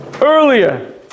earlier